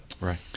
Right